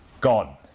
gone